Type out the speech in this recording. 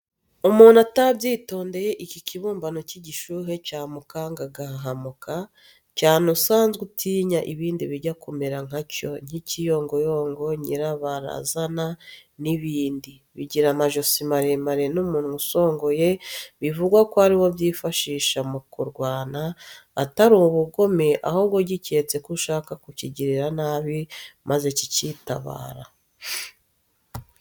Umuntu atabyitondeye iki kibumbano k'igishuhe cyamukanga agahahamuka, cyane usanzwe utinya ibindi bijya kumera nka cyo, nk'ikiyongoyongo, nyirabarazana n'ibindi; bigira amajosi maremare n'umunwa usongoye, bivugwa ko ariwo byifashisha mu kurwana, atari ubugome ahubwo giketse ko ushaka kukigirira nabi, maze cyikitabara.